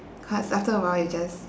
cause after awhile you just